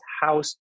house